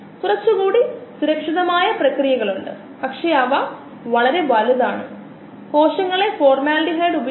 അതുപോലെ വളർച്ചയെ പരിമിതപ്പെടുത്തുന്ന മീഡയത്തിലെ സബ്സ്ട്രേറ്റ്നെ നമുക്ക് ലിമിറ്റിങ് സബ്സ്ട്രേറ്റ് എന്ന് വിളികാം